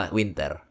winter